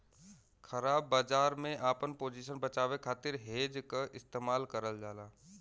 ख़राब बाजार में आपन पोजीशन बचावे खातिर हेज क इस्तेमाल करल जाला